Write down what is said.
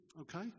okay